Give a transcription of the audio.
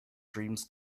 dreams